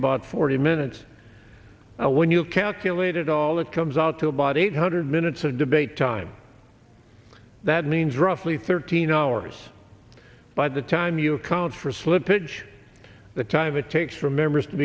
about forty minutes when you calculate it all that comes out to about eight hundred minutes of debate time that means roughly thirteen hours by the time you account for slippage the time it takes for members to